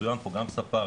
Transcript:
מצוין פה גם ספארי,